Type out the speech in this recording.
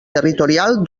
territorial